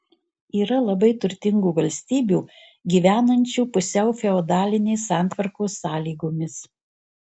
yra labai turtingų valstybių gyvenančių pusiau feodalinės santvarkos sąlygomis